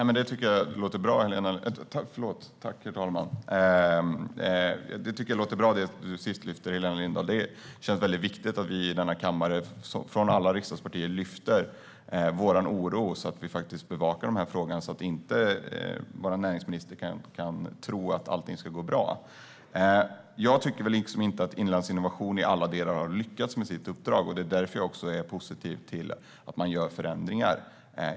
Herr talman! Det sista som du tar upp, Helena Lindahl, tycker jag låter bra. Det känns mycket viktigt att vi i denna kammare från alla riksdagspartier lyfter fram vår oro och att vi faktiskt bevakar dessa frågor, så att vår näringsminister inte kan tro att allt ska gå bra. Jag tycker inte att Inlandsinnovation i alla delar har lyckats med sitt uppdrag. Det är därför som jag också är positiv till att man gör förändringar.